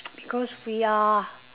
because we are